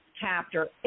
chapter